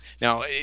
Now